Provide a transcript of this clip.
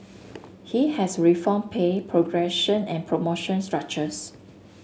he has reformed pay progression and promotion structures